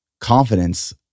Confidence